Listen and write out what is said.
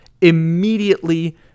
Immediately